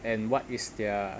and what is their